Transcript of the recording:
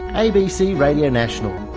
abc radio national,